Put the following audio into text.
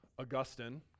Augustine